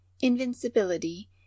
invincibility